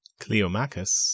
Cleomachus